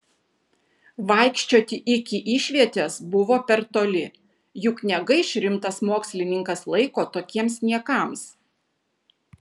vaikščioti iki išvietės buvo per toli juk negaiš rimtas mokslininkas laiko tokiems niekams